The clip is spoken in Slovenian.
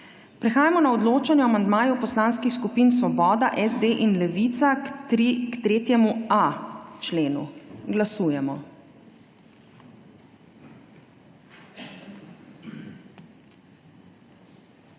Prehajamo na odločanje o amandmaju poslanskih skupin Svoboda, SD in Levica k 3.a členu. Glasujemo.